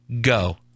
Go